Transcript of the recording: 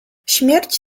śmierć